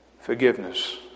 forgiveness